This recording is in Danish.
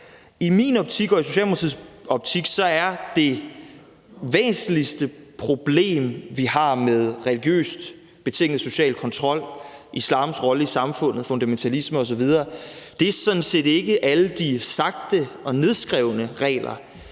I min optik og i Socialdemokratiets optik er det væsentligste problem, vi har med religiøst betinget social kontrol, islams rolle i samfundet, fundamentalisme osv., sådan set ikke alle de sagte og nedskrevne regler,